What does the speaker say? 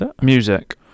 Music